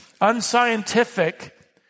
unscientific